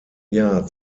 jahr